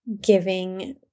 giving